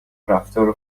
رفتار